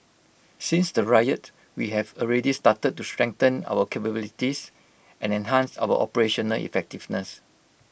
since the riot we have already started to strengthen our capabilities and enhance our operational effectiveness